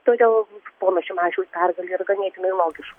todėl pono šimašiaus pergalė yra ganėtinai logiška